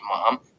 Mom